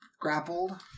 grappled